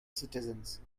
citizens